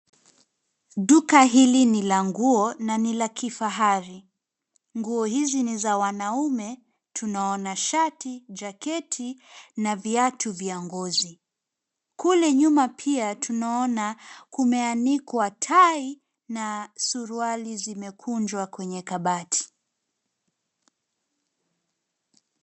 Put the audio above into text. Duka hili ni la nguo na ni la kifahari. Nguo hizi ni za wanaume, tunaona shati, jaketi na viatu vya ngozi. Kule nyuma pia tunaona kumeanikwa tai na suruali zimekunjwa kwenye kabati.